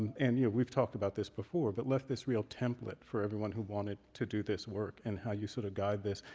and yeah we've talked about this before, but left this real template for everyone who wanted to do this work and how you sort of guide this.